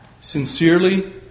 sincerely